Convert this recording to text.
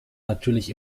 natürlich